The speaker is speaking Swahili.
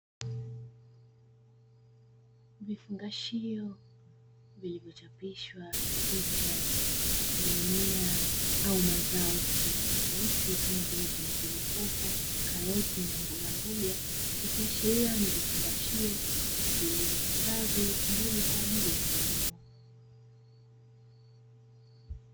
Vifungashio vilivyochapishwa picha ya mimea au mazao tofautitofauti, kama vile pilipili hoho, karoti, na mbogamboga; ikiashiria ni vifungashio vilivyoifadhi mbegu kwa ajili ya kilimo.